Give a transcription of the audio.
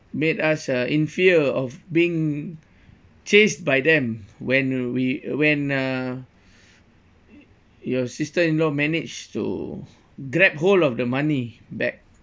made us uh in fear of being chased by them when we when uh your sister-in-law managed to grab hold of the money back